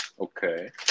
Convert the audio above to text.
Okay